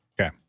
Okay